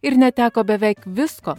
ir neteko beveik visko